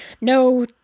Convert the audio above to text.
no